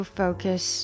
focus